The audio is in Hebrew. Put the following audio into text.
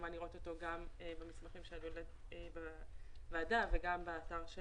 לראות אותו במסמכים של הוועדה וגם באתר של